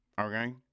okay